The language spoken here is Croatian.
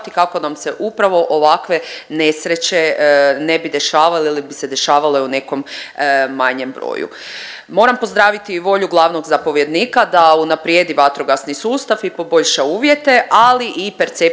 kako nam se upravo ovakve nesreće ne bi dešavale ili bi se dešavale u nekom manjem broju. Moram pozdraviti i volju glavnog zapovjednika da unaprijedi vatrogasni sustav i poboljša uvjete ali i percepciju